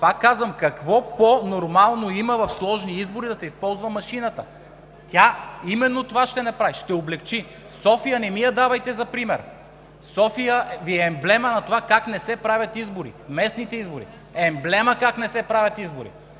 Пак, казвам, какво по-нормално има в сложни избори да се използва машината? Тя именно това ще направи – ще облекчи. София не ми я давайте за пример! София Ви е емблема на това, как не се правят избори. Местните избори – емблема как не се правят избори.